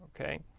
Okay